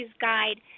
Guide